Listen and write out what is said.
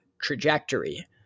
trajectory